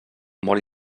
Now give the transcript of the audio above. molt